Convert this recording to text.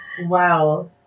Wow